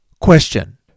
Question